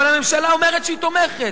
אבל הממשלה אומרת שהיא תומכת".